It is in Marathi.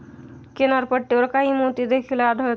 किनारपट्टीवर काही मोती देखील आढळतात